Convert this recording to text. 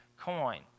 coin